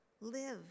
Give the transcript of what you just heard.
live